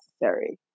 necessary